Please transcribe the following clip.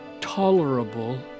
tolerable